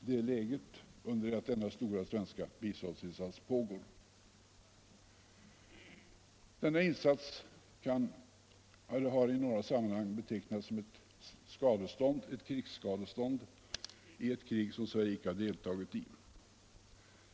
Det är läget under det att denna stora svenska biståndsinsats pågår. Denna insats har i några sammanhang betecknats som ett krigsskadestånd i ett krig som Sverige icke har deltagit i.